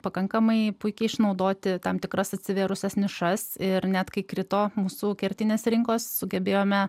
pakankamai puikiai išnaudoti tam tikras atsivėrusias nišas ir net kai krito mūsų kertinės rinkos sugebėjome